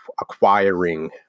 acquiring